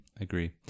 Agree